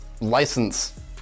license